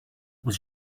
was